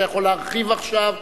אתה יכול להרחיב עכשיו.